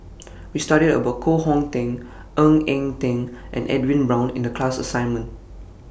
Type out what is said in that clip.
We studied about Koh Hong Teng Ng Eng Teng and Edwin Brown in The class assignment